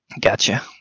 Gotcha